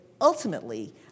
ultimately